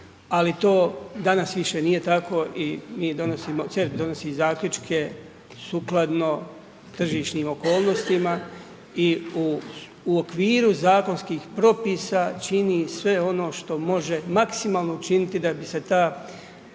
ali to, danas više nije tako i mi donosimo, CERP donosi zaključke sukladno tržišnim okolnostima i u okviru zakonskih propisa, čini sve ono što može maksimalno činiti da bi se ta,